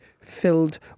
filled